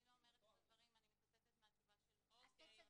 באותו עמוד שכתבנו כתבנו את השיפוצים.